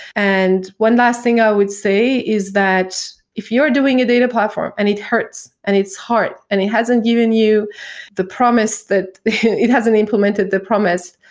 and one last thing i would say is that if you're doing a data platform and it hurts and it's hard and it hasn't given you the promise it hasn't implemented the promise.